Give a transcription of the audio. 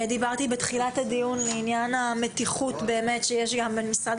דיברתי בתחילת הדיון על עניין המתיחות שיש בין משרד